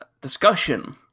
discussion